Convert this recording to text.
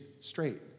straight